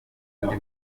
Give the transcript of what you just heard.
andi